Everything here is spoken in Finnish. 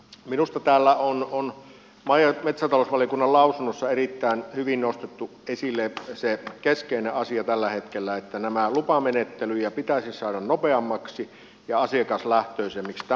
minusta täällä on maa ja metsätalousvaliokunnan lausunnossa erittäin hyvin nostettu esille se keskeinen asia tällä hetkellä että näitä lupamenettelyjä pitäisi saada nopeammiksi ja asiakaslähtöisemmiksi